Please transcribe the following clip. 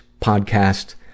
podcast